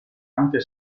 anche